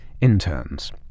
interns